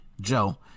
Joe